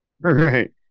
Right